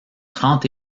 trente